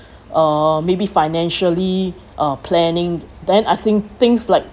uh maybe financially uh planning then I think things like